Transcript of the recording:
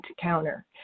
counter